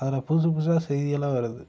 அதில் புதுசு புதுசாக செய்தியெல்லாம் வருது